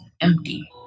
empty